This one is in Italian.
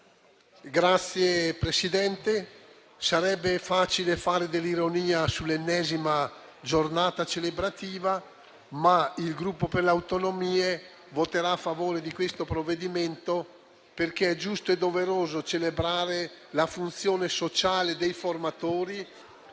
Signora Presidente, sarebbe facile fare dell'ironia sull'ennesima giornata celebrativa, ma il Gruppo per le Autonomie voterà a favore di questo provvedimento, perché è giusto e doveroso celebrare la funzione sociale dei formatori,